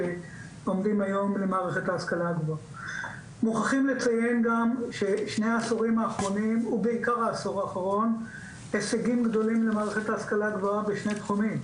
בשני העשורים האחרונים חלו שיבושים בעניין